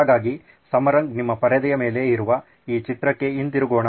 ಹಾಗಾಗಿ ಸಮರಂಗ್ ನಿಮ್ಮ ಪರದೆಯ ಮೇಲೆ ಇರುವ ಈ ಚಿತ್ರಕ್ಕೆ ಹಿಂತಿರುಗೋಣ